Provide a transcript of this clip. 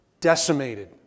Decimated